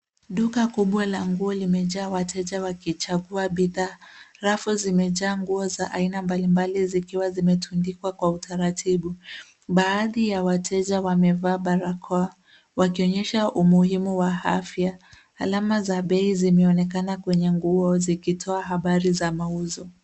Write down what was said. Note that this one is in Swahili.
Duka kubwa la nguo limejaa wateja wakichagua bidhaa rafu zimejaa nguo za aina mbali mbali zikiwa zime tundikwa kwa utaratibu. Baadhi ya waterja wamevaa barakoa wakionyesha umuhimu wa afya alama za bei zimeonekana kwenye zikitoa habari za mauzo.